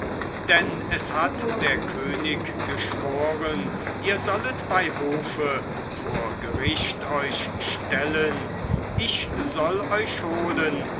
denn es hat der könig geschworen ihr sollet bei hofe vor gericht euch stellen ich soll euch holen